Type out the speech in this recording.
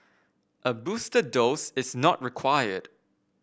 a booster dose is not required